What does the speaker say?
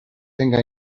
tenga